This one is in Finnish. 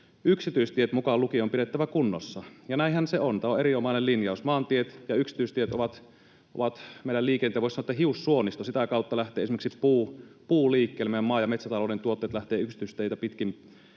yksityistiet mukaan lukien on pidettävä kunnossa. Ja näinhän se on, tämä on erinomainen linjaus. Maantiet ja yksityistiet ovat meidän liikenteen, voisi sanoa, hiussuonisto. Sitä kautta lähtee esimerkiksi puu liikkeelle, meidän maa- ja metsätalouden tuotteet lähtevät pitkälti yksityisteitä pitkin